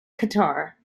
qatar